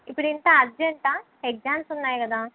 ఇప్పుడు ఇంత అర్జెంట్ ఆ ఎగ్జామ్స్ ఉన్నాయి కదా